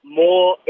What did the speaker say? more